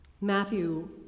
Matthew